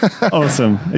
Awesome